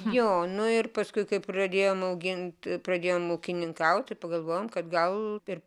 jo nu ir paskui kai pradėjom augint pradėjom ūkininkaut ir pagalvojom kad gal ir